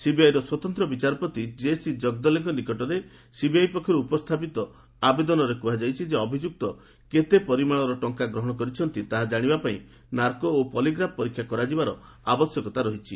ସିବିଆଇର ସ୍ୱତନ୍ତ୍ର ବିଚାରପତି କେସି ଜଗଦ୍ଦଲେଙ୍କ ନିକଟରେ ସିବିଆଇ ପକ୍ଷରୁ ଉପସ୍ଥାପିତ ଆବେଦନରେ କୁହାଯାଇଛି ଯେ ଅଭିଯୁକ୍ତ କେତେ ପରିମାଣର ଟଙ୍କା ଗ୍ରହଣ କରିଛନ୍ତି ତାହା କାଶିବା ପାଇଁ ନାର୍କୋ ଓ ପଲିଗ୍ରାଫ୍ ପରୀକ୍ଷା କରାଯିବାର ଆବଶ୍ୟକତା ରହିଛି